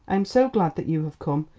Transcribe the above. i am so glad that you have come!